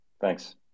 Thanks